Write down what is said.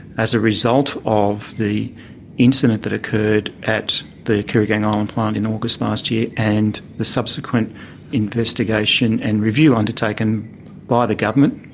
as a result of the incident that occurred at the kooragang island plant in august last year and the subsequent investigation and review undertaken by the government,